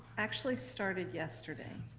actually started yesterday.